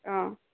অঁ